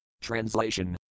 Translation